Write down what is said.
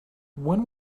when